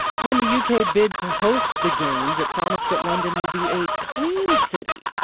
when the u k. bid to host the games it promised that london would be a clean city.